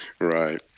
Right